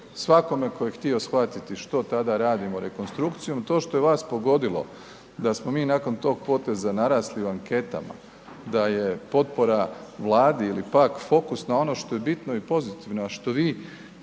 svakome tko je htio shvatiti što tada radimo rekonstrukcijom, to što je vas pogodili da smo mi nakon tog poteza narasli u anketama, da je potpora Vladi ili pak fokus na ono što je bitno i pozitivno, a što vi,